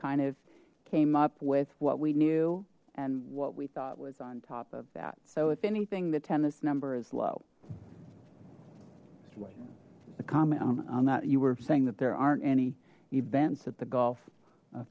kind of came up with what we knew and what we thought was on top of that so if anything the tennis number is low the comment on that you were saying that there aren't any events at the golf